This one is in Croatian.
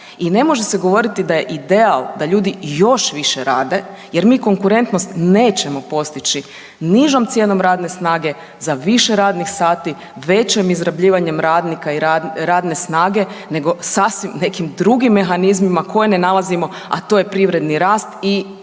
i ne može se govoriti da je ideal da ljudi još više rade, jer mi konkurentnost nećemo postići nižom cijenom radne snage za više radnih sati, većim izrabljivanjem radnika i radne snage, nego sasvim nekim drugim mehanizmima koje ne nalazimo, a to je privredni rast i